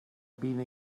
been